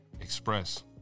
express